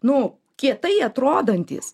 nu kietai atrodantys